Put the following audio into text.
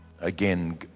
again